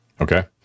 Okay